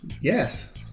Yes